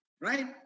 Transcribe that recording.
right